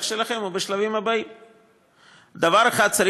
הרווח שלכם הוא בשלבים הבאים.